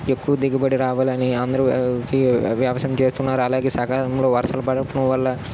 ఎక్కువ దిగుబడి రావాలని అందరు కి వ్యవసాయం చేస్తున్నారు అలాగే సకాలంలో వర్షలు పడకపోవడం వల్ల